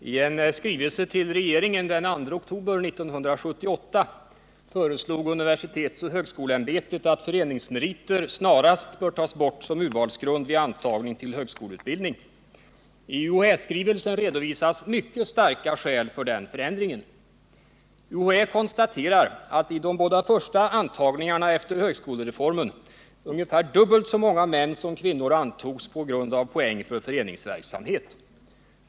Herr talman! I en skrivelse till regeringen den 2 oktober 1978 föreslog universitetsoch högskoleämbetet att föreningsmeriter snarast bör tas bort som urvalsgrund vid antagning till högskoleutbildning. I UHÄ-skrivelsen redovisas mycket starka skäl för denna förändring. UHÄ konstaterar att i de båda första antagningarna efter högskolereformen ungefär dubbelt så många män som kvinnor antogs på grund av poäng för föreningsverksamhet.